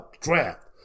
draft